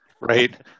right